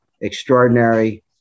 extraordinary